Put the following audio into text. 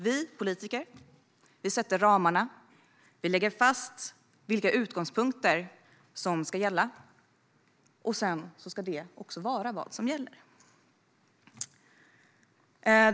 Vi politiker sätter ramarna och lägger fast de utgångspunkter som ska gälla. Det ska sedan också vara vad som gäller.